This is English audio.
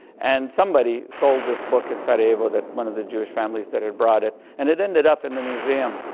and somebody sold this book in sarajevo that one of the jewish family's that had brought it. and it ended up in the museum.